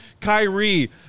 Kyrie